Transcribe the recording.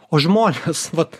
o žmonės vat